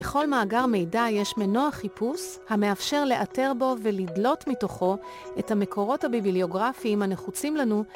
בכל מאגר מידע יש מנוע חיפוש המאפשר לאתר בו ולדלות מתוכו את המקורות הביבליוגרפיים הנחוצים לנו